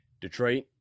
Detroit